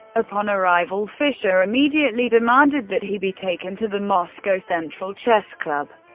upon arrival, fischer immediately demanded that he be taken to the moscow central chess club,